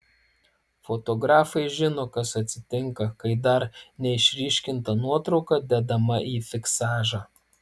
fotografai žino kas atsitinka kai dar neišryškinta nuotrauka dedama į fiksažą